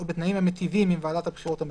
או בתנאים המיטיבים עם ועדת הבחירות המרכזית,